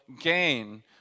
gain